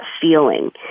feeling